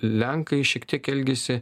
lenkai šiek tiek elgiasi